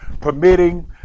permitting